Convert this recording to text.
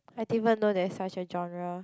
I dindn't even know there's such a genre